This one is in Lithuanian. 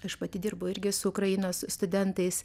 aš pati dirbu irgi su ukrainos studentais